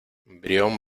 brión